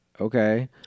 Okay